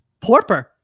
porper